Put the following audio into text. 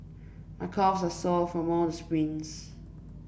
my calves are sore from all the sprints